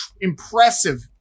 impressive